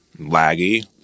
laggy